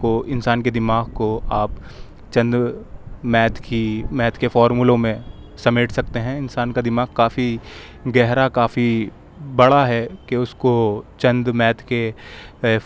کو انسان کے دماغ کو آپ چند میتھ کی میتھ کے فارمولوں میں سمیٹ سکتے ہیں انسان کا دماغ کافی گہرا کافی بڑا ہے کہ اس کو چند میتھ کے